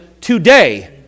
today